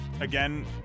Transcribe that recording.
Again